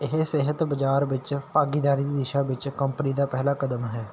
ਇਹ ਸਿਹਤ ਬਜ਼ਾਰ ਵਿੱਚ ਭਾਗੀਦਾਰੀ ਦੀ ਦਿਸ਼ਾ ਵਿੱਚ ਕੰਪਨੀ ਦਾ ਪਹਿਲਾ ਕਦਮ ਹੈ